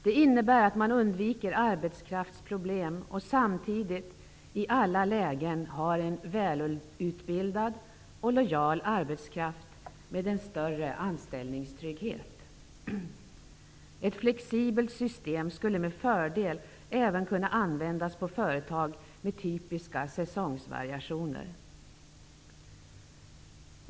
Det innebär att man undviker arbetskraftsproblem och samtidigt i alla lägen har en välutbildad och lojal arbetskraft med en större anställningstrygghet. Ett flexibelt system skulle med fördel även kunna användas på företag med typiska säsongsvariationer.